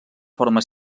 forma